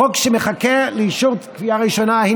זה חוק שמחכה לאישור, קריאה ראשונה.